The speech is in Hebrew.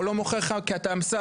או "לא מוכר לך כי אתה אמסלם",